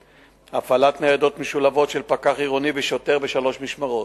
הפעלת ניידות משולבות של פקח עירוני ושוטר בשלוש משמרות,